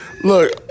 Look